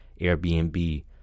Airbnb